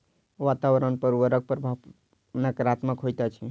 वातावरण पर उर्वरकक प्रभाव नाकारात्मक होइत अछि